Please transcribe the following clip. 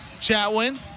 Chatwin